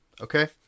Okay